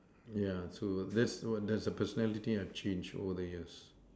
yeah so that's w~ that's a personality I have changed over the years